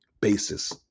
basis